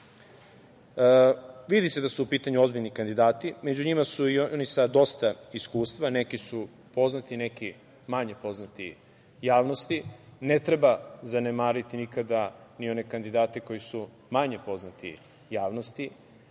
vidi se da su u pitanju ozbiljni kandidati. Među njima su i oni sa dosta iskustva. Neki su poznati, neki manje poznati javnosti. Ne treba zanemariti nikoga, ni one kandidate koji su manje poznati javnosti,